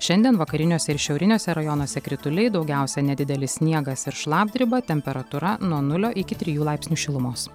šiandien vakariniuose ir šiauriniuose rajonuose krituliai daugiausia nedidelis sniegas ir šlapdriba temperatūra nuo nulio iki trijų laipsnių šilumos